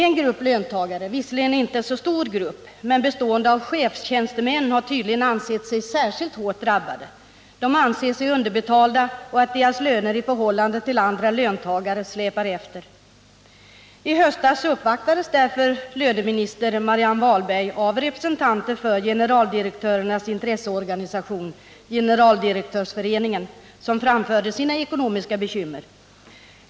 En grupp löntagare — visserligen inte så stor grupp men bestående av chefstjänstemän — har tydligen ansett sig särskilt hårt drabbade. De anser att de är underbetalda och att deras löner i förhållande till andra löntagares släpar efter. I höstas uppvaktades därför löneminister Marianne Wahlberg av representanter för generaldirektörernas intresseorganisation, Generaldirektörsföreningen, som framförde sina ekonomiska bekymmer.